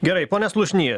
gerai pone slušny